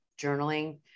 Journaling